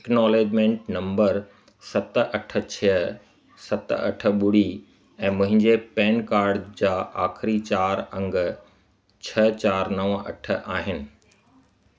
acknowledgement number सत अठ छह सत अठ ॿुड़ी ऐं मुंहिंजे पैन कार्ड जा आख़िरी चार अंग छह चार नव अठ आहिनि